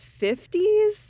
50s